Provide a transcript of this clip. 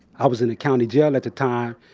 i was in the county jail at the time,